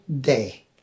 day